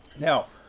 now,